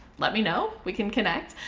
let me know. we can connect.